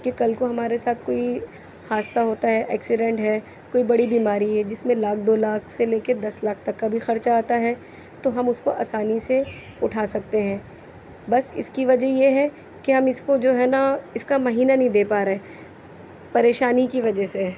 کہ کل کو ہمارے ساتھ کوئی حادثہ ہوتا ہے ایکسیڈینٹ ہے کوئی بڑی بیماری ہے جس میں لاکھ دو لاکھ سے لے کے دس لاکھ تک کا بھی خرچہ آتا ہے تو ہم اس کو آسانی سے اٹھا سکتے ہیں بس اس کی وجہ یہ ہے کہ ہم اس کو جو ہے نہ اس کا مہینہ نہیں دے پا رہے پریشانی کی وجہ سے